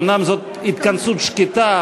אומנם זאת התכנסות שקטה,